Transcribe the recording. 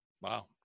Wow